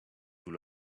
nous